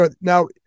now